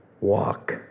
Walk